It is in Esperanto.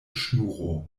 ŝnuro